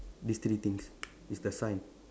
these three things is the sign